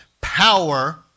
power